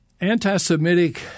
Anti-Semitic